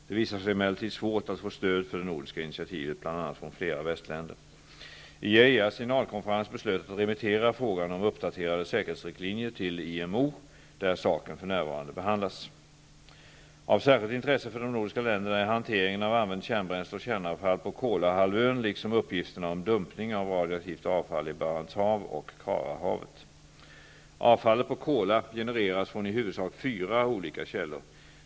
Det visade sig emellertid svårt att få stöd för det nordiska initiativet, bl.a. från flera västländer. IAEA:s generalkonferens beslöt att remittera frågan om uppdaterade säkerhetsriktlinjer till IMO, där saken för närvarande behandlas. Av särskilt intresse för de nordiska länderna är hanteringen av använt kärnbränsle och kärnavfall på Kolahalvön liksom uppgifterna om dumpning av radioaktivt avfall i Barents hav och Karahavet. Avfallet på Kola genereras från i huvudsak fyra olika källor.